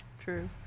True